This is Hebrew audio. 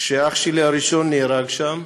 כשהאח שלי הראשון נהרג שם.